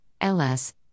LS